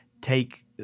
take